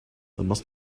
must